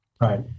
Right